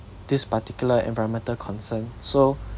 this particular environmental concerns so